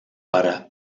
para